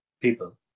people